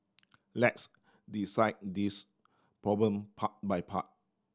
let's dissect this problem part by part